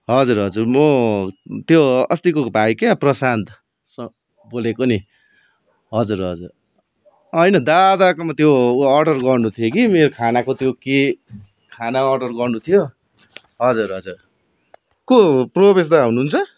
हजुर हजुर म त्यो अस्तिको भाइ क्या प्रशान्त सा बोलेको नि हजुर हजुर होइन दादाकोमा त्यो अर्डर गर्नु थियो कि मेरो खानाको त्यो के खाना अर्डर गर्नु थियो हजुर हजुर को प्रवेश दा हुनुहुन्छ